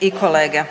i kolege.